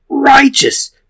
righteous